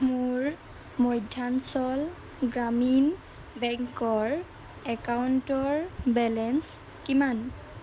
মোৰ মধ্যাঞ্চল গ্ৰামীণ বেংকৰ একাউণ্টৰ বেলেঞ্চ কিমান